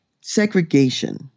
segregation